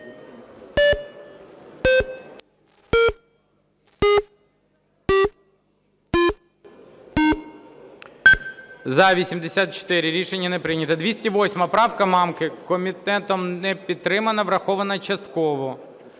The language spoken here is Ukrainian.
За-84 Рішення не прийнято. 208 правка Мамки. Комітетом не підтримана. Врахована частково.